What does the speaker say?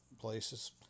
places